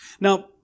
Now